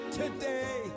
today